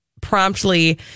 promptly